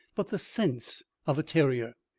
but the sense of a terrier.